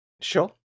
Sure